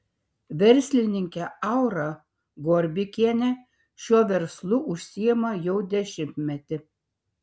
verslininkė aura gorbikienė šiuo verslu užsiima jau dešimtmetį